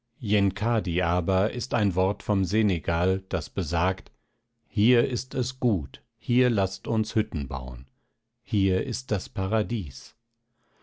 aber ist ein wort vom senegal das besagt hier ist es gut hier laßt uns hütten bauen hier ist das paradies